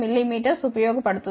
4 mm ఉపయోగించబడుతుంది